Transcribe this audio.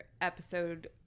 episode